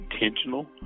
intentional